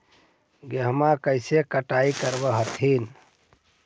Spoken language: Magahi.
गेहुमा कैसे कटाई करब हखिन?